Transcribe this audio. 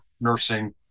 nursing